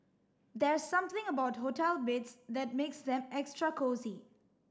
there's something about hotel beds that makes them extra cosy